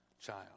child